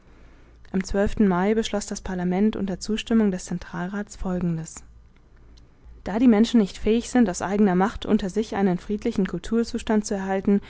am mai beschloß das parlament unter zustimmung des zentralrats folgendes da die menschen nicht fähig sind aus eigener macht unter sich einen friedlichen kulturzustand zu erhalten